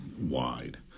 wide